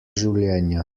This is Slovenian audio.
življenja